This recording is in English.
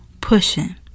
pushing